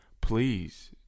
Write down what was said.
please